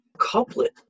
couplet